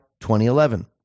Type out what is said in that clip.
2011